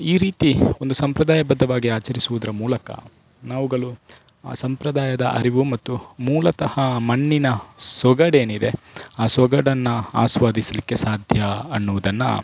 ಈ ರೀತಿ ಒಂದು ಸಂಪ್ರದಾಯಬದ್ಧವಾಗಿ ಆಚರಿಸುವುದ್ರ ಮೂಲಕ ನಾವುಗಳು ಸಂಪ್ರದಾಯದ ಅರಿವು ಮತ್ತು ಮೂಲತಃ ಮಣ್ಣಿನ ಸೊಗಡೇನಿದೆ ಆ ಸೊಗಡನ್ನು ಆಸ್ವಾದಿಸಲಿಕ್ಕೆ ಸಾಧ್ಯ ಅನ್ನುವುದನ್ನು